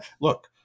Look